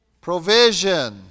Provision